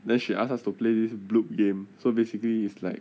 then she ask us to play this bloop game so basically it's like